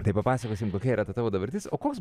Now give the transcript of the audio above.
tai papasakosim kokia yra tavo dabartis o koks